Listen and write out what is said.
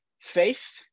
faith